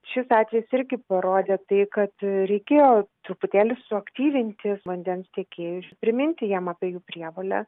šis atvejis irgi parodė tai kad reikėjo truputėlį suaktyvinti vandens tiekėjus priminti jiem apie jų prievolę